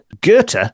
goethe